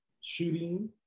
shooting